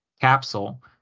capsule